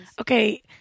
okay